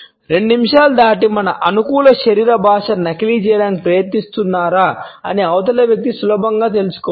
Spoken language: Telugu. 2 నిమిషాలు దాటి మన అనుకూల శరీర భాషను నకిలీ చేయడానికి ప్రయత్నిస్తున్నారా అని అవతలి వ్యక్తి సులభంగా తెలుసుకోవచ్చు